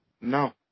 No